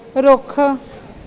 ਰੁੱਖ